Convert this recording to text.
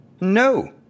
No